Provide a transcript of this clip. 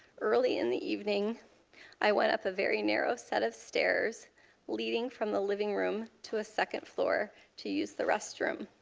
earlier in the evening i went up a narrow set of stairs leading from the living room to a second floor to use the restroom.